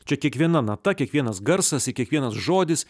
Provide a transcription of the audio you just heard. čia kiekviena nata kiekvienas garsas ir kiekvienas žodis